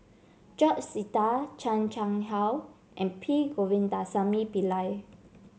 George Sita Chan Chang How and P Govindasamy Pillai